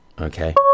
Okay